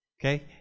Okay